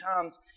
times